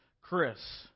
Chris